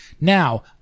Now